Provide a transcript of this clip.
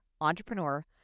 entrepreneur